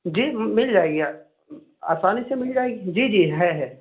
جی مل جائے گی آسانی سے مل جائے گی جی جی ہے ہے